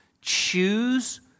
choose